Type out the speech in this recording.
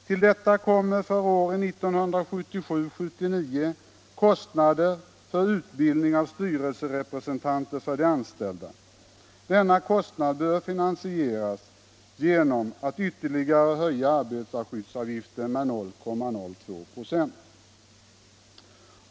Till detta kommer för åren 1977-1979 kostnaden för utbildning av styrelserepresentanter för de anställda. Denna kostnad bör finansieras genom att man ytterligare höjer arbetarskyddsavgiften med 0,02 96.